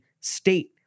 State